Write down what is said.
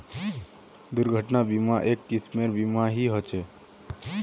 दुर्घटना बीमा, एक किस्मेर बीमा ही ह छे